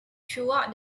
throughout